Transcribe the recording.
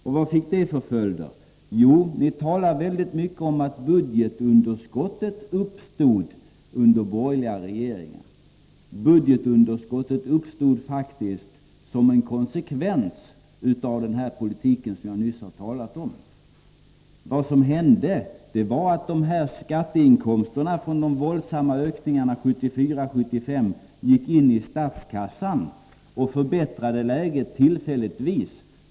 Och vad fick det för följder? Jo, ni talar väldigt mycket om att budgetunderskottet uppstod under borgerliga regeringar. Budgetunderskottet uppstod faktiskt som konsekvens av den politik som jag nyss har talat om. Det som hände var att skatteinkomsterna från de våldsamma ökningarna 1974-1975 gick in i statskassan och förbättrade läget tillfälligt.